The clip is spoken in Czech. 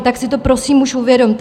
Tak si to prosím už uvědomte!